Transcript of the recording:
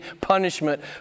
punishment